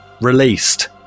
released